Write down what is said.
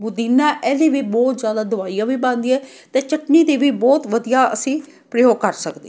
ਪੁਦੀਨਾ ਇਹਦੀ ਵੀ ਬਹੁਤ ਜ਼ਿਆਦਾ ਦਵਾਈਆਂ ਵੀ ਬਣਦੀਆਂ ਅਤੇ ਚਟਨੀ ਦੀ ਵੀ ਬਹੁਤ ਵਧੀਆ ਅਸੀਂ ਪ੍ਰਯੋਗ ਕਰ ਸਕਦੇ